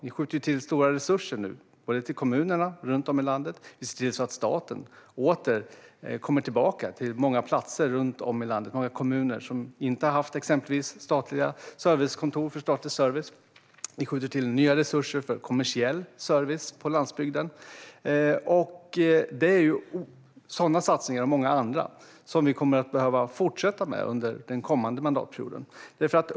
Vi skjuter nu till stora resurser till kommunerna runt om i landet, och vi ser till så att staten kommer tillbaka till många platser runt om i landet. Det är många kommuner som inte har haft exempelvis statliga servicekontor. Vi skjuter också till nya resurser för kommersiell service på landsbygden. Det är sådana satsningar och många andra som vi kommer att behöva fortsätta med under den kommande mandatperioden.